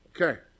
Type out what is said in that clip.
Okay